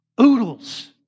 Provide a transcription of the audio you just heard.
oodles